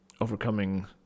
overcoming